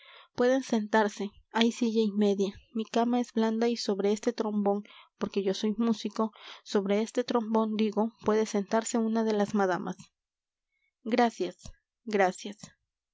pueden sentarse hay silla y media mi cama es blanda y sobre este trombón porque yo soy músico sobre este trombón digo puede sentarse una de las madamas gracias gracias